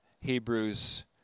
Hebrews